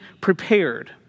prepared